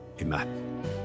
Amen